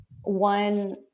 one